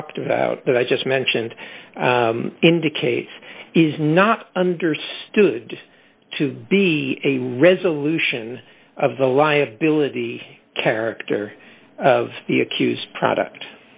talked about that i just mentioned indicates is not understood to be a resolution of the liability character of the accused product